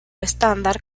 estándar